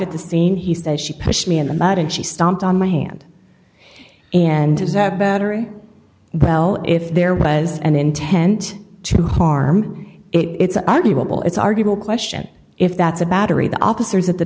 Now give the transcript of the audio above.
at the scene he said she pushed me in the mud and she stomped on my hand and has a battery well if there was an intent to harm me it's arguable it's arguable question if that's a battery the officers at the